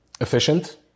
efficient